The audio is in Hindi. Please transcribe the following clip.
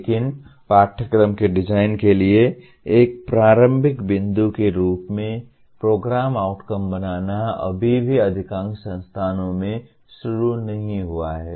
लेकिन पाठ्यक्रम के डिजाइन के लिए एक प्रारंभिक बिंदु के रूप में प्रोग्राम आउटकम बनाना अभी भी अधिकांश संस्थानों में शुरू नहीं हुआ है